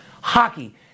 Hockey